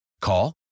Call